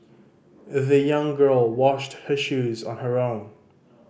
the young girl washed her shoes on her wrong